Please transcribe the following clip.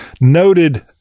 noted